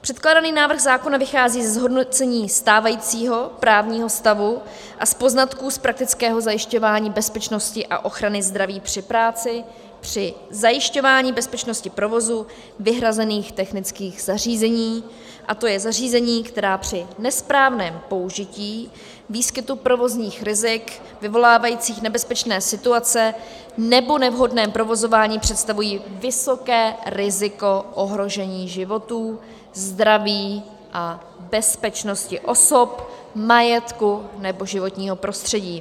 Předkládaný návrh zákona vychází z hodnocení stávajícího právního stavu a z poznatků z praktického zajišťování bezpečnosti a ochrany zdraví při práci, při zajišťování bezpečnosti provozu vyhrazených technických zařízení, tj. zařízení, která při nesprávném použití, výskytu provozních rizik vyvolávajících nebezpečné situace nebo nevhodném provozování představují vysoké riziko ohrožení životů, zdraví a bezpečnosti osob, majetku nebo životního prostředí.